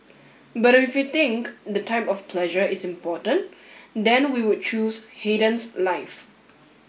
but if we think the type of pleasure is important then we would choose Haydn's life